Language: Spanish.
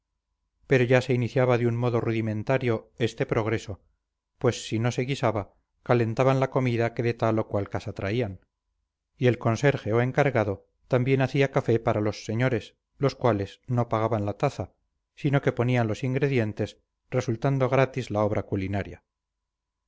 pero ya se iniciaba de un modo rudimentario este progreso pues si no se guisaba calentaban la comida que de tal o cual casa traían y el conserje o encargado también hacía café para los señores los cuales no pagaban la taza sino que ponían los ingredientes resultando gratis la obra culinaria